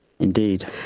Indeed